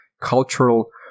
cultural